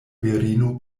virino